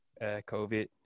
COVID